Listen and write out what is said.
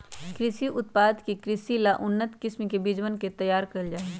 कृषि उत्पाद के वृद्धि ला उन्नत किस्म के बीजवन के तैयार कइल जाहई